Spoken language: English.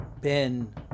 Ben